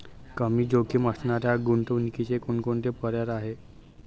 कमी जोखीम असणाऱ्या गुंतवणुकीचे कोणकोणते पर्याय आहे?